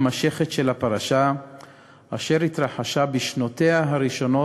לבדוק לעומק את כל נושא המשך ההעסקה של השב"חים ושל העובדים הפלסטינים.